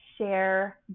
share